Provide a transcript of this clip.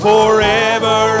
Forever